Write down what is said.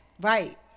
right